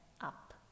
up